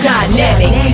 Dynamic